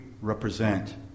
represent